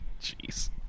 jeez